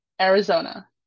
Arizona